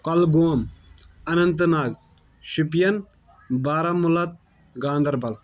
Kulgam Anantnag Shopian Baramulla Ganderbal